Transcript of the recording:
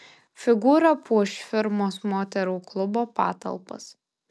figūra puoš firmos moterų klubo patalpas